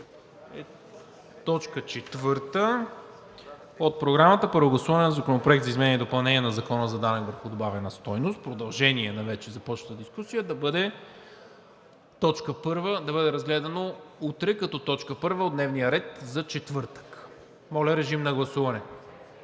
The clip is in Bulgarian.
точка четвърта от Програмата – Първо гласуване на Законопроекта за изменение и допълнение на Закона за данък добавена стойност – продължение на вече започната дискусия, да бъде разгледано утре като точка първа от дневния ред за четвъртък. Гласували